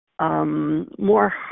More